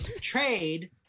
trade